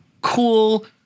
cool